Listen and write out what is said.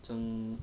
曾